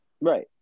Right